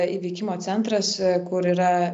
įveikimo centras kur yra